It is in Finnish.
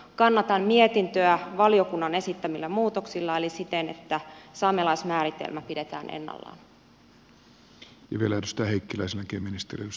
kannatan mietintöä valiokunnan esittämillä muutoksilla eli siten että saamelaismääritelmä pidetään ennallaan